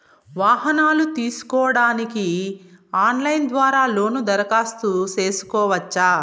వాహనాలు తీసుకోడానికి ఆన్లైన్ ద్వారా లోను దరఖాస్తు సేసుకోవచ్చా?